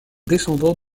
descendant